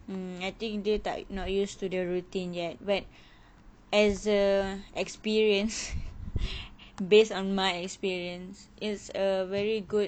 um I think dia tak not used to the routine yet but as a experience based on my experience is a very good